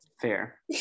Fair